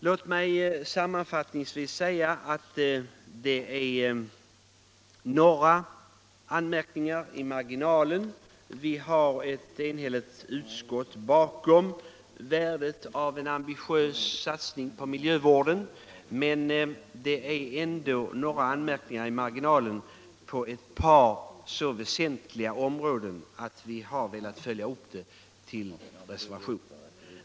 Låt mig sammanfattningsvis säga att det är några anmärkningar i marginalen. Ett enhälligt utskott står bakom uppfattningen om värdet av en ambitiös satsning på miljövården. Dessa marginalanmärkningar gäller ändå ett par så väsentliga områden att vi velat följa upp dem i en reservation.